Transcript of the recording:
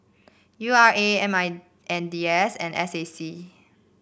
U R A M I N D S and S A C